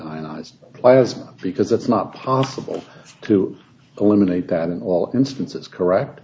plasma because it's not possible to eliminate that in all instances correct